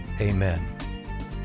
Amen